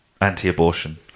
anti-abortion